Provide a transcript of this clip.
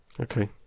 Okay